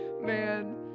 man